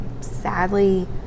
sadly